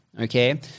Okay